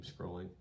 scrolling